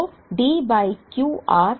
तो D by Q r